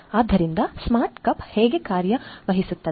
ಆದ್ದರಿಂದ smart cup ಹೇಗೆ ಕಾರ್ಯನಿರ್ವಹಿಸುತ್ತದೆ